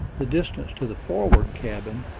the distance to the forward cabin,